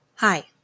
Hi